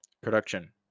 Production